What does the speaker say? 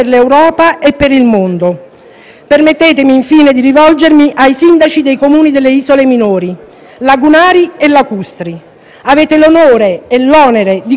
Permettetemi infine di rivolgermi ai sindaci dei Comuni delle isole minori, lagunari e lacustri: avete l'onore e l'onere di governare ed amministrare queste terre;